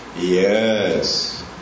Yes